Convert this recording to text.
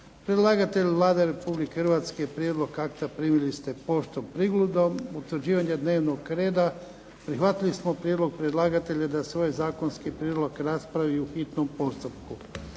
Predlagatelj Vlada Republike Hrvatske, prijedlog akta primili ste poštom. Prigodom utvrđivanja dnevnog reda prihvatili smo prijedlog predlagatelja da se ovaj Zakonski prijedlog raspravi u hitnom postupku.